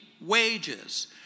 wages